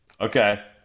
Okay